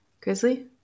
Grizzly